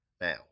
Now